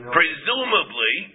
Presumably